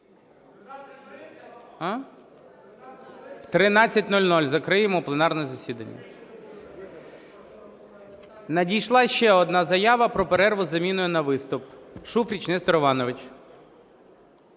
О 13:00 закриємо пленарне засідання. Надійшла ще одна заява про перерву з заміною на виступ. Шуфрич Нестор Іванович.